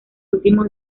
últimos